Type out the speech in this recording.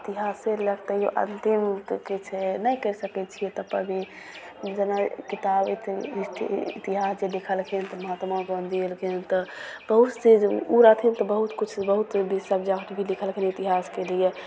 इतिहासे लैके तैओ अन्तिम तऽ कि छै नहि कहि सकै छिए तबपर भी जेना किताब इतिहास जे लिखलखिन तऽ महात्मा गाँधी अएलखिन तऽ बहुत चीज ओ रहथिन तऽ बहुत किछु बहुत ही सबजेक्ट भी लिखलखिन इतिहासके लिए